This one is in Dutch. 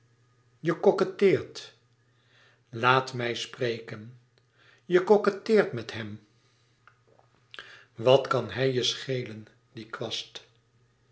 je coquetteert laat mij spreken je coquetteert met hem wat kan hij je schelen die kwast